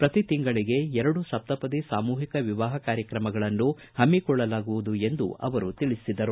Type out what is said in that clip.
ಪ್ರತಿ ತಿಂಗಳಿಗೆ ಎರಡು ಸಪ್ತಪದಿ ಸಾಮೂಹಿಕ ವಿವಾಹ ಕಾರ್ಯಕ್ರಮಗಳನ್ನು ಹಮ್ಮಿಕೊಳ್ಳಲಾಗುವುದು ಎಂದು ಅವರು ತಿಳಿಸಿದರು